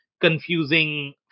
confusing